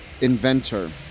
inventor